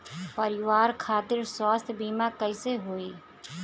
परिवार खातिर स्वास्थ्य बीमा कैसे होई?